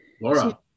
Laura